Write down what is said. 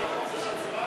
של קבוצת סיעת הרשימה